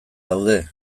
daude